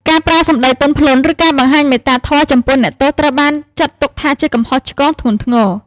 ការប្រើសម្ដីទន់ភ្លន់ ឬការបង្ហាញមេត្តាធម៌ចំពោះអ្នកទោស ត្រូវបានចាត់ទុកថាជាកំហុសឆ្គងធ្ងន់ធ្ងរ។